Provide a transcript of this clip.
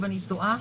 בבקשה.